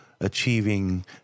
achieving